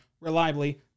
reliably